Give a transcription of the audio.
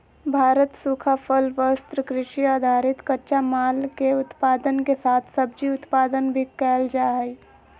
भारत सूखा फल, वस्त्र, कृषि आधारित कच्चा माल, के उत्पादन के साथ सब्जी उत्पादन भी कैल जा हई